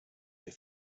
they